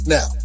Now